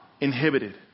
inhibited